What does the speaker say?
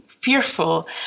fearful